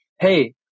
Hey